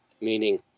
meaning